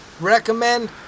recommend